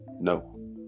No